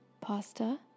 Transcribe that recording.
pasta